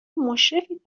مشرفید